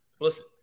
Listen